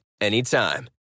anytime